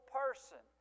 person